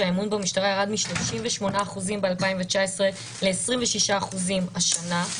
שהאמון שלה במשטרה ירד מ-38% ב-2019 ל-26% השנה.